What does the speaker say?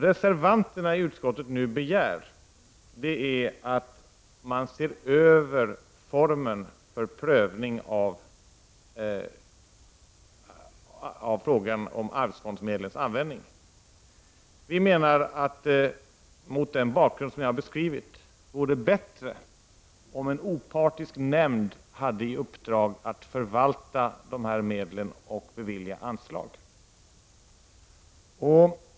Reservanterna i utskottet begär nu att man skall se över formen för prövning av frågan av arvsfondsmedlens användning. Vi menar att det mot den bakgrund som jag har beskrivit vore bättre om en opartisk nämnd hade i uppdrag att förvalta dessa medel och bevilja anslag.